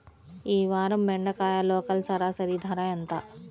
ఈ వారం బెండకాయ లోకల్ సరాసరి ధర ఎంత?